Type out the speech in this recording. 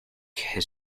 his